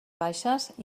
baixes